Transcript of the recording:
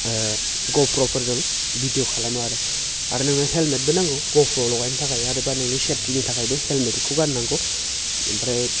ओ ग'प्र'फोरजों भिडिअ खालामो आरो आरो नोंनो हेलमेटबो नांगौ ग'प्र' लगायनो थाखाय आरोबा नोंनि सेफटिनि थाखायबो हेलमेटखौ गाननांगौ ओमफ्राय